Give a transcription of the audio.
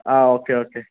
ആ okay okay